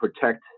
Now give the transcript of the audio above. protect